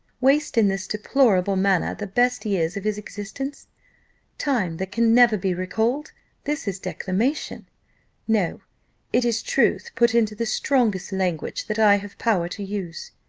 waste in this deplorable manner the best years of his existence time that can never be recalled this is declamation no it is truth put into the strongest language that i have power to use,